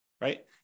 right